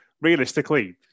Realistically